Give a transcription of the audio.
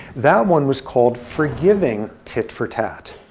that one was called forgiving tit for tat.